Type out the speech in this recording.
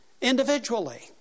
individually